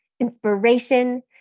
inspiration